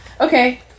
Okay